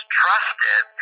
trusted